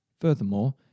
Furthermore